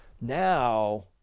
now